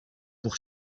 pour